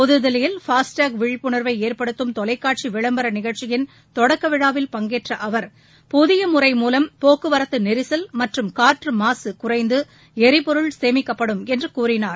புதுதில்லியில் ஃபாஸ்ட்டேக் விழிப்புணர்வை ஏற்படுத்தும் தொலைக்காட்சி விளம்பர நிகழ்ச்சியின் தொடக்க விழாவில் பங்கேற்ற அவர் புதிய முறை மூலம் போக்குவரத்து நெரிசல் மற்றும் காற்று மாசு குறைந்து எரிபொருள் சேமிக்கப்படும் என்று கூறினார்